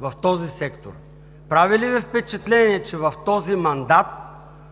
в този сектор? Прави ли Ви впечатление, че в този мандат